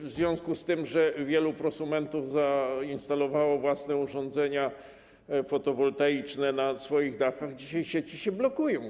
W związku z tym, że wielu prosumentów zainstalowało własne urządzenia fotowoltaiczne na swoich dachach, dzisiaj sieci się blokują.